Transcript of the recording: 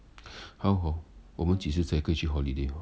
how hor 我们及时才可以去 holiday hor